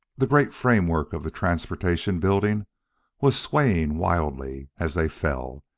the great framework of the transportation building was swaying wildly as they fell,